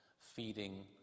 feeding